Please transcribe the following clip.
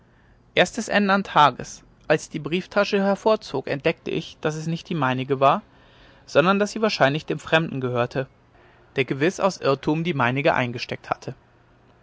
des ändern tages als ich die brieftasche hervorzog entdeckte ich daß es nicht die meinige war sondern daß sie wahrscheinlich dem fremden gehörte der gewiß aus irrtum die meinige eingesteckt hatte